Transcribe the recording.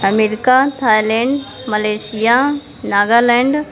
America Thailand Malaysia Nagaland